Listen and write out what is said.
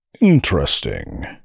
interesting